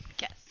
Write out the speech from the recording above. yes